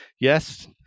Yes